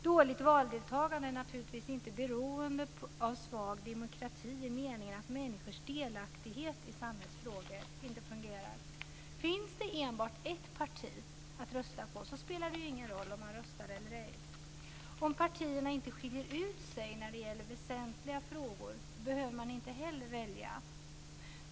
Dåligt valdeltagande är naturligtvis inte beroende av svag demokrati i meningen att människors delaktighet i samhällsfrågor inte fungerar. Finns det enbart ett parti att rösta på så spelar det ju ingen roll om man röstar eller ej. Om partierna inte skiljer ut sig i väsentliga frågor behöver man inte heller välja.